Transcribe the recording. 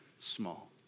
small